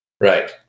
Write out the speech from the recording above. right